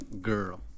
girl